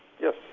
Yes